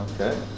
Okay